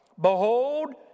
Behold